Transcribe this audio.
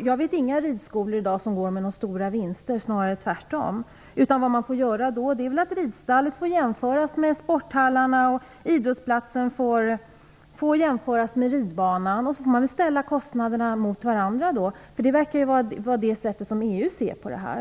Jag vet inga ridskolor som går med stora vinster, snarare tvärtom. Det man får göra är att ridstallet får jämföras med sporthallarna och idrottsplatsen får jämföras med ridbanan. Sedan får man ställa kostnaderna mot varandra, för det verkar vara på det sättet som EU ser på det här.